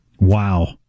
Wow